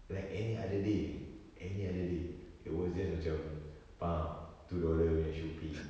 like any other day any other day it was just macam two dollar punya shopee